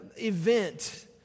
event